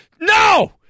No